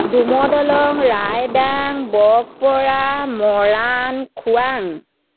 ডুমদলং ৰাইদাং বকপৰা মৰাণ খোৱাং